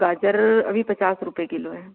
गाजर अभी पचास रुपये किलो है